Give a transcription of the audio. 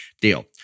deal